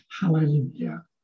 Hallelujah